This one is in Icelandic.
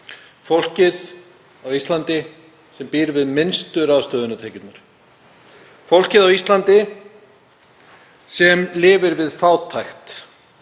fólkið á Íslandi sem býr við minnstu ráðstöfunartekjurnar, fólkið á Íslandi sem lifir við fátækt.